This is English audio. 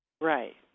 Right